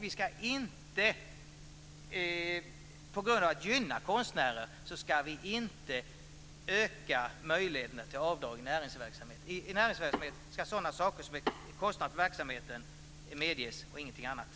Vi ska inte på grund av att vi vill gynna konstnärer öka möjligheterna till avdrag i näringsverksamhet. I näringsverksamhet ska avdrag medges för sådana saker som är en kostnad för verksamheten och ingenting annat.